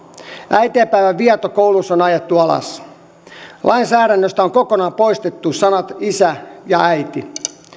äitienpäivän vietto kouluissa on ajettu alas lainsäädännöstä on kokonaan poistettu sanat isä ja äiti